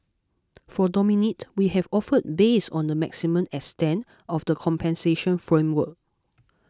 for Dominique we have offered based on the maximum extent of the compensation framework